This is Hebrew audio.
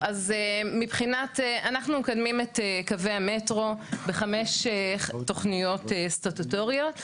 אז מבחינת אנחנו מקדמים את קווי המטרו בחמש תוכניות סטטוטוריות,